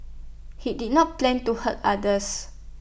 he did not plan to hurt others